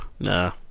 Nah